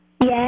Yes